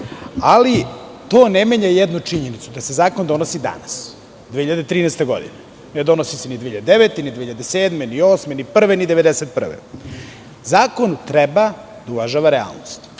ali to ne menja jednu činjenicu, da se zakon donosi danas 2013. godine. Ne donosi se ni 2009, ni 2007, ni 2008, ni 2001, ni 1991. godine. Zakon treba da uvažava realnost.